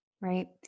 Right